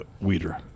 weeder